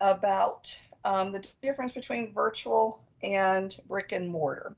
about the difference between virtual and brick and mortar.